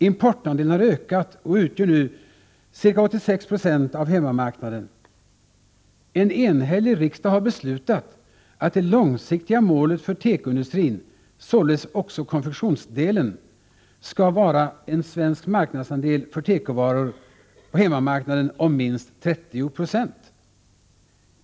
Importandelen har ökat och utgör nu ca 86 Po av hemmamarknaden. En enhällig riksdag har beslutat att det långsiktiga målet för tekoindustrin, således också konfektionsdelen, skall vara en svensk marknadsandel för tekovaror på hemmamarknaden om minst 30 90.